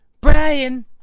Brian